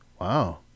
Wow